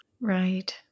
Right